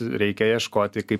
reikia ieškoti kai